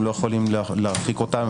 הם לא יכולים להרחיק אותם,